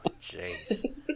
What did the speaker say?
jeez